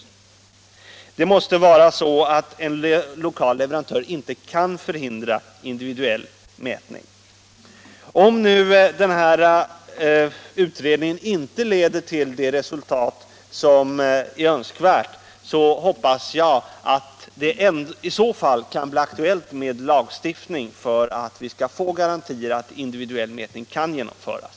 53 Det får inte vara så att en lokal leverantör kan förhindra individuell mätning. Om nu utredningen inte leder till det resultat som är önskvärt hoppas jag att det kan bli aktuellt med lagstiftning för att vi skall få garantier för att individuell mätning kan genomföras.